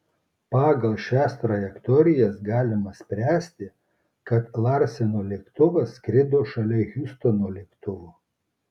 pagal šias trajektorijas galima spręsti kad larseno lėktuvas skrido šalia hiustono lėktuvo